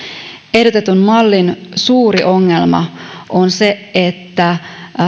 ehdotetun mallin suuri ongelma on se että